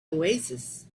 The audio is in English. oasis